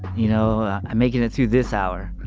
you know? i'm making it through this hour,